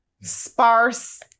sparse